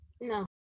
No